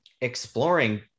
exploring